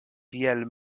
tiel